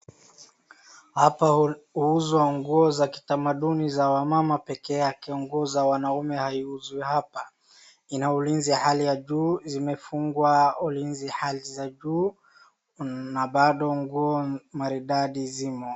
Hapa huuzwa nguo za kitamanduni za wamama pekeake, nguo za wanaume haiuzwi hapa. Ina ulizi ya hali ya juu. Zimefungwa kwa ulizi hali za juu na bado nguo maridadi zimo.